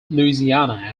louisiana